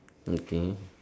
okay